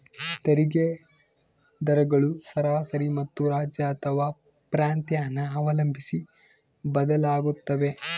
ತೆರಿಗೆ ದರಗಳು ಸರಾಸರಿ ಮತ್ತು ರಾಜ್ಯ ಅಥವಾ ಪ್ರಾಂತ್ಯನ ಅವಲಂಬಿಸಿ ಬದಲಾಗುತ್ತವೆ